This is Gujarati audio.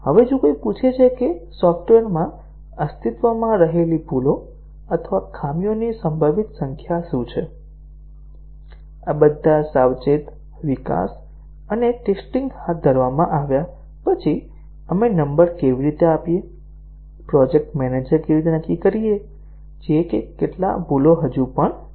હવે જો કોઈ પૂછે કે સોફ્ટવેરમાં અસ્તિત્વમાં રહેલી ભૂલો અથવા ખામીઓની સંભવિત સંખ્યા શું છે આ બધા સાવચેત વિકાસ અને ટેસ્ટીંગ હાથ ધરવામાં આવ્યા પછી આપણે નંબર કેવી રીતે આપીએ પ્રોજેક્ટ મેનેજર કેવી રીતે નક્કી કરે છે કે કેટલા ભૂલો હજુ પણ છે